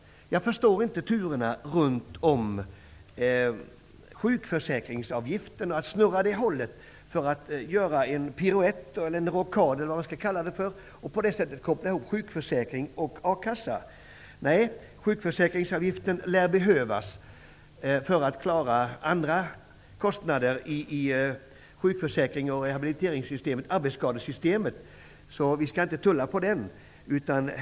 Jag förstår inte turerna kring sjukförsäkringsavgifterna. Skall de snurra runt och göra en piruett eller en rockad, eller vad vi nu skall kalla det för, för att sjukförsäkring och a-kassa skall kunna kopplas ihop? Nej, sjukförsäkringsavgiften lär behövas för att vi skall kunna klara andra kostnader i sjukförsäkrings och arbetsskadesystemet. Vi skall inte tulla på den.